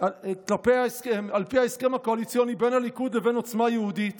על פי ההסכם הקואליציוני בין הליכוד לבין עוצמה יהודית